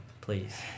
please